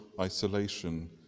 isolation